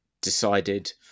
decided